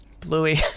Bluey